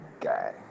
guy